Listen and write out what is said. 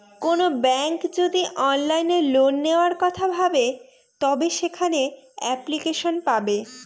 কোনো ব্যাঙ্ক যদি অনলাইনে লোন নেওয়ার কথা ভাবে তবে সেখানে এপ্লিকেশন পাবে